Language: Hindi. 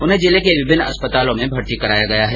उन्हें जिले के विभिन्न अस्पतालों में भर्ती करवाया गया है